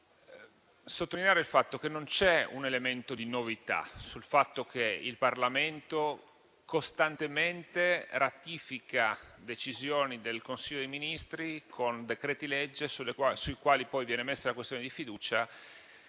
di sottolineare che non c’è un elemento di novità nel fatto che il Parlamento costantemente ratifichi decisioni del Consiglio dei ministri tramite decreti-legge sui quali poi viene posta la questione di fiducia